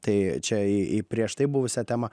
tai čia į į prieš tai buvusią temą